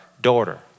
daughter